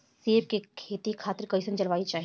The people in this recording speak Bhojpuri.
सेब के खेती खातिर कइसन जलवायु चाही?